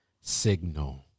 signal